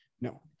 No